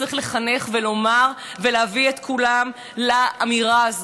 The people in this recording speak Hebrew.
וצריך לחנך ולומר ולהביא לכולם את האמירה הזאת,